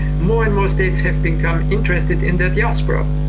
more and more states have become interested in the diaspora.